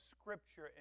Scripture